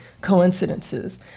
coincidences